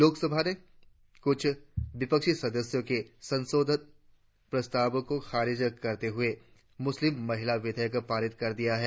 लोकसभा ने कुछ विपक्षी सदस्यों के संशोधन प्रस्तावों को खारिज करते हुए मुस्लिम महिला विधेयक पारित कर दिया है